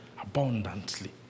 abundantly